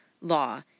law